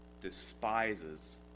despises